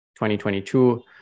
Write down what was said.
2022